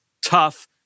tough